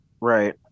Right